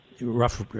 Rough